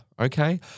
okay